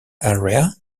area